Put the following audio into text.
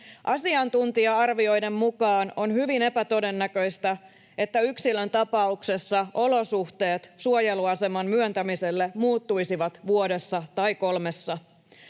Asiantuntija-arvioiden mukaan on hyvin epätodennäköistä, että yksilön tapauksessa olosuhteet suojeluaseman myöntämiselle muuttuisivat vuodessa tai kolmessa.